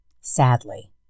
sadly